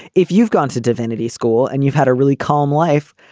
if you've gone to divinity school and you've had a really calm life,